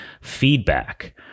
feedback